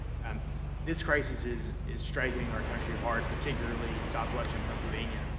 and this crisis is is striking our country hard, particularly southwestern pennsylvania.